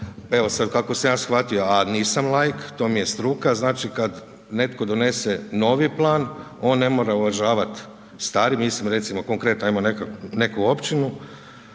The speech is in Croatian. evo, sada kako sam ja shvatio, a nisam laik, to mi je struka, znači kada netko donese novi plan, on ne mora uvažavati stari, mislim recimo konkretno, ajmo neku općinu,